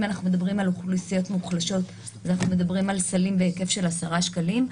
טוב, אנחנו עוברים עכשיו להצגה של בנק ישראל.